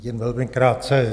Jen velmi krátce.